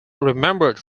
remembered